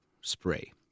spray